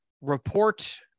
report